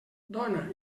dona